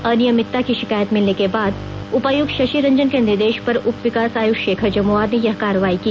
अनियमितता की शिकायत मिलने के बाद उपायुक्त शशि रंजन के निर्देश पर उप विकास आयुक्त शेखर जमुआर ने यह कार्रवाई की